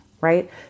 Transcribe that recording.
right